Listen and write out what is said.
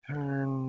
Turn